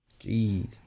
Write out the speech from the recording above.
Jeez